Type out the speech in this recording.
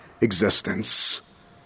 existence